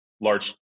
large